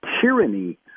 tyranny